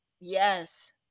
Yes